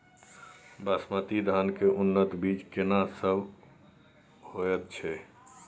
बासमती धान के उन्नत बीज केना सब होयत छै?